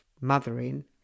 mothering